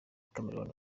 chameleone